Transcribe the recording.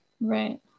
Right